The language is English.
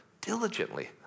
diligently